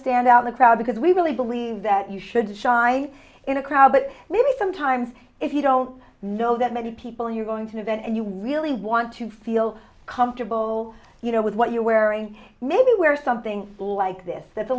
stand out in the crowd because we really believe that you should shine in a crowd but maybe sometimes if you don't know that many people you're going to do that and you really want to feel comfortable you know with what you're wearing maybe wear something like this that's a